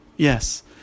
Yes